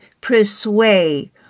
persuade